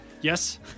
Yes